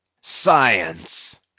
Science